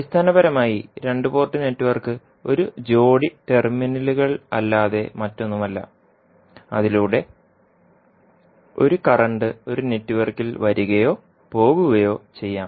അടിസ്ഥാനപരമായി രണ്ട് port network ഒരു ജോഡി ടെർമിനലുകളല്ലാതെ മറ്റൊന്നുമല്ല അതിലൂടെ ഒരു കറന്റ് ഒരു നെറ്റ്വർക്കിൽ വരികയോ പോകുകയോ ചെയ്യാം